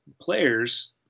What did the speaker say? players